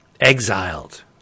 Exiled